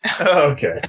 Okay